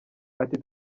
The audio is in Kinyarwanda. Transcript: ati